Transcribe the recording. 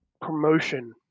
promotion